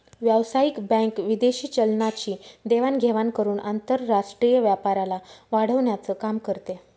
व्यावसायिक बँक विदेशी चलनाची देवाण घेवाण करून आंतरराष्ट्रीय व्यापाराला वाढवण्याचं काम करते